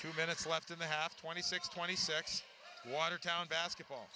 two minutes left in the half twenty six twenty secs watertown basketball